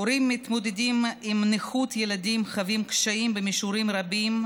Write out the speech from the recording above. הורים המתמודדים עם נכות ילדים חווים קשיים במישורים רבים,